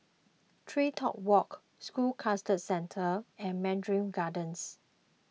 TreeTop Walk School Cluster Centre and Mandarin Gardens